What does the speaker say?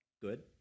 Good